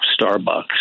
Starbucks